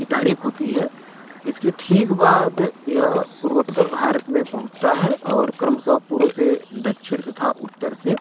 की तारीख होती है इसके ठीक बाद यह पूर्वोत्तर भारत में पहुँचता है और क्रमशः पूर्व से दक्षिण तथा उत्तर से